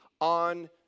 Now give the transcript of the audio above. on